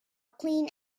clean